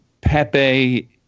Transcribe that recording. Pepe